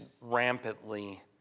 rampantly